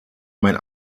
mein